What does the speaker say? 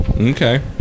okay